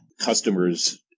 customers